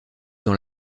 dans